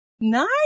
Nice